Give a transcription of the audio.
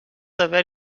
haver